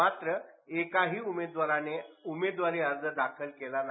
मात्र एकाही उमेदवाराने उमेदवारी अर्ज दाखल केला नाही